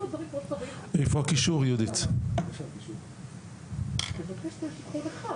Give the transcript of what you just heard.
טוב אני חייבת להגיד שזה מאכזב.